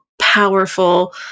powerful